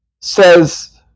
says